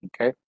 Okay